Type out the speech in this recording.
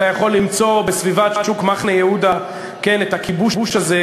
אתה יכול למצוא בסביבת שוק מחנה-יהודה את הכיבוש הזה,